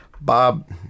Bob